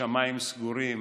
השמיים סגורים